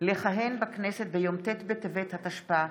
לכהן בכנסת ביום ט' בטבת התשפ"א,